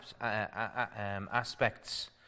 aspects